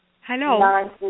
Hello